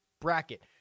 bracket